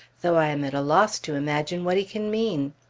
though i am at loss to imagine what he can mean.